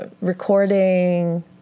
recording